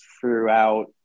throughout